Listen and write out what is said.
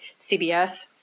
CBS